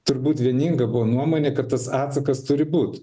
turbūt vieninga buvo nuomonė kad tas atsakas turi būt